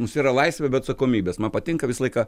mus yra laisvė be atsakomybės man patinka visą laiką